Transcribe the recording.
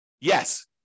Yes